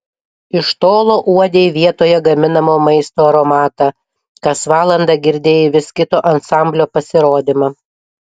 iš tolo uodei vietoje gaminamo maisto aromatą kas valandą girdėjai vis kito ansamblio pasirodymą